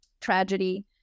Tragedy